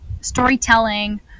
storytelling